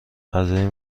غذای